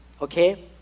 okay